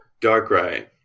Darkrai